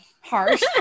harsh